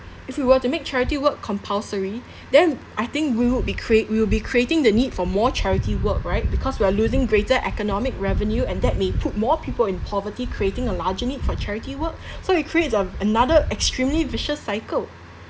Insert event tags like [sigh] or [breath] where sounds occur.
if we were to make charity work compulsory [breath] then I think we would be create we would be creating the need for more charity work right because we are losing greater economic revenue and that may put more people in poverty creating a larger need for charity work [breath] so it creates a another extremely vicious cycle